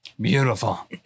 Beautiful